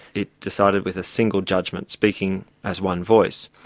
it decided with a single judgment speaking as one voice.